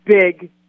big